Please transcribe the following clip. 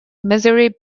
misery